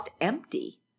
empty